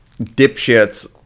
dipshits